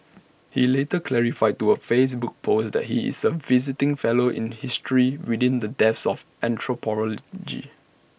he later clarified to A Facebook post that he is A visiting fellow in history within the depth of anthropology